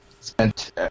spent